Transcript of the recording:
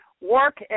work